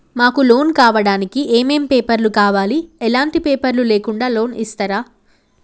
మాకు లోన్ కావడానికి ఏమేం పేపర్లు కావాలి ఎలాంటి పేపర్లు లేకుండా లోన్ ఇస్తరా?